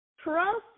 Trust